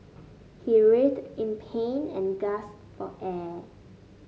he writhed in pain and gasped for air